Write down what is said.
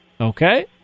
Okay